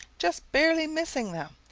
just barely missing them,